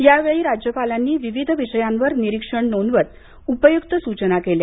यावेळी राज्यपालांनी विविध विषयांवर निरीक्षण नोंदवत उपयुक्त सूचना केल्या